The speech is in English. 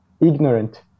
ignorant